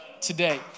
today